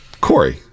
Corey